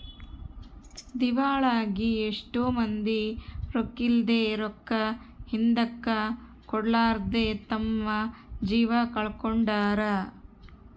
ದಿವಾಳಾಗಿ ಎಷ್ಟೊ ಮಂದಿ ರೊಕ್ಕಿದ್ಲೆ, ರೊಕ್ಕ ಹಿಂದುಕ ಕೊಡರ್ಲಾದೆ ತಮ್ಮ ಜೀವ ಕಳಕೊಂಡಾರ